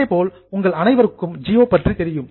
இதேபோல் உங்கள் அனைவருக்கும் ஜியோ பற்றி தெரியும்